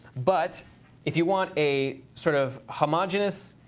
but if you want a sort of homogeneous,